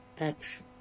action